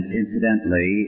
incidentally